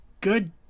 good